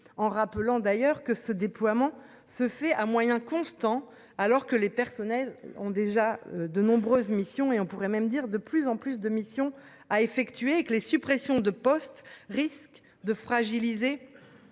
en rappelant d'ailleurs que ce déploiement se fait à moyens constants. Alors que les personnels ont déjà de nombreuses missions et on pourrait même dire de plus en plus de missions à effectuer et que les suppressions de postes risque de fragiliser.